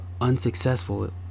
unsuccessful